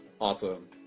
Awesome